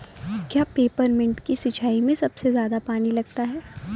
क्या पेपरमिंट की सिंचाई में सबसे ज्यादा पानी लगता है?